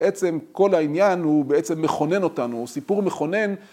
בעצם כל העניין הוא בעצם מכונן אותנו, הוא סיפור מכונן.